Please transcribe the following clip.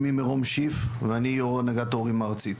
שיף, ואני יו"ר הנהגת הורים ארצית.